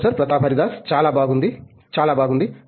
professor Pratap Haridas చాలా బాగుంది చాలా బాగుంది